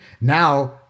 now